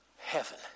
heaven